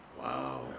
Wow